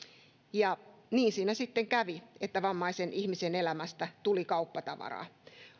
niin siinä sitten kävi että vammaisen ihmisen elämästä tuli kauppatavaraa